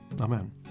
Amen